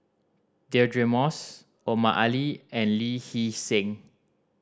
Deirdre Moss Omar Ali and Lee Hee Seng